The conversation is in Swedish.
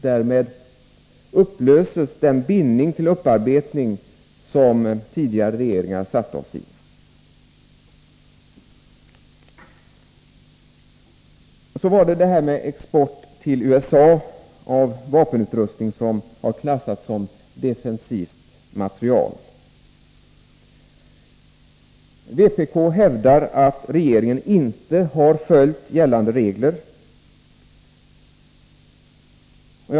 Därmed frigörs vi från den bindning till upparbetning som tidigare regeringar har skapat. Sedan några ord om export till USA av vapenutrustning som har klassats som defensiv materiel. Vpk hävdar att regeringen inte har följt gällande regler.